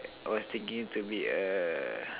I was thinking to be a